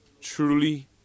truly